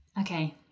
Okay